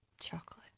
Chocolate